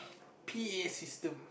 P_A system